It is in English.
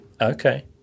Okay